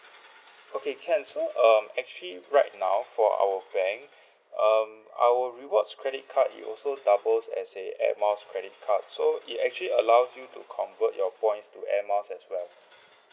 okay can so um actually right now for our bank um our rewards credit card it also doubles as a Air Miles credit card so it actually allows you to convert your points to Air Miles as well